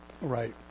Right